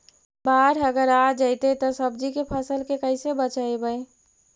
बाढ़ अगर आ जैतै त सब्जी के फ़सल के कैसे बचइबै?